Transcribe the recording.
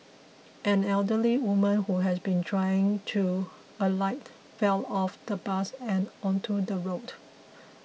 an elderly woman who had been trying to alight fell off the bus and onto the road